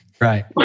Right